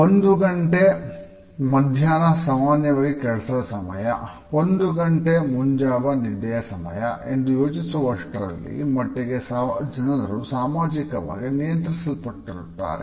1 PM ಸಾಮಾನ್ಯವಾಗಿ ಕೆಲಸದ ಸಮಯ 1 AM ನಿದ್ದೆಯ ಸಮಯ ಎಂದು ಯೋಚಿಸುವಷ್ಟರಲ್ಲಿ ಮಟ್ಟಿಗೆ ಜನರು ಸಾಮಾಜಿಕವಾಗಿ ನಿಯಂತ್ರಿಸಲ್ಪಟ್ಟಿರುತ್ತಾರೆ